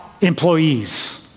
employees